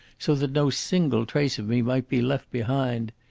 so that no single trace of me might be left behind.